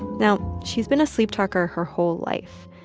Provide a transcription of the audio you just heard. now, she's been a sleeptalker her whole life.